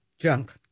junk